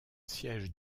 siège